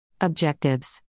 Objectives